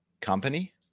company